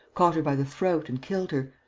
caught her by the throat and killed her,